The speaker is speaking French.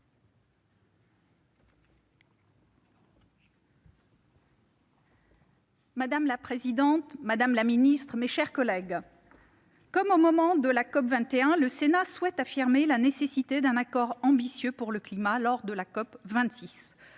Madame la présidente, madame la secrétaire d'État, mes chers collègues, comme au moment de la COP21, le Sénat souhaite affirmer la nécessité d'un accord ambitieux pour le climat lors de la COP26.